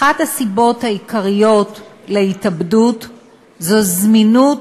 אחת הסיבות העיקריות להתאבדות היא זמינות